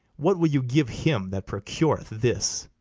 what will you give him that procureth this?